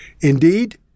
Indeed